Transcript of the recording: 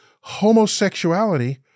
homosexuality